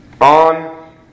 on